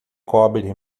cobre